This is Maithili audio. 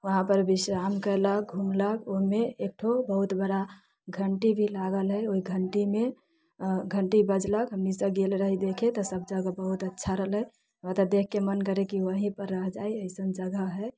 उहाँपर विश्राम कयलक घुमलक ओइमे एकठो बहुत बड़ा घण्टी भी लागल हय ओइ घण्टीमे अऽ घण्टी बजलक हमनी सभ गेल रहि देखे तऽ सभ जगह बहुत अच्छा रहलै हमरा तऽ देखके मन करै कि ओहिपर जाइ ऐसन जगह हय